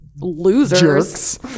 losers